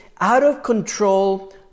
out-of-control